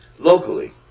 locally